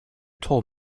told